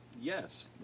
Yes